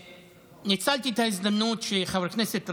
ניצלתי את ההזדמנות שחבר הכנסת רביבו,